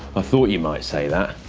thought you might say that,